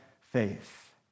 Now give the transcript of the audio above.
faith